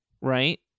right